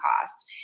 cost